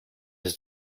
his